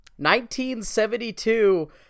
1972